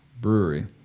Brewery